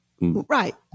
right